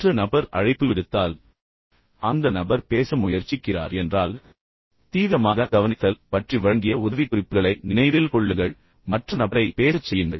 மற்ற நபர் அழைப்பு விடுத்தால் பின்னர் அந்த நபர் பேச முயற்சிக்கிறார் என்றால் தீவிரமாக கவனித்தல் பற்றி நான் உங்களுக்கு வழங்கிய உதவிக்குறிப்புகளை நினைவில் கொள்ளுங்கள் மற்ற நபரை பேசச் செய்யுங்கள்